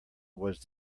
was